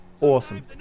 Awesome